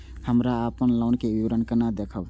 हमरा अपन लोन के विवरण केना देखब?